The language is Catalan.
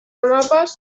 mapes